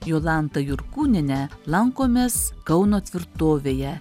jolanta jurkūniene lankomės kauno tvirtovėje